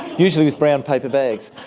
usually with brown-paper bags.